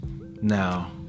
Now